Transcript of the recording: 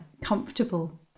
comfortable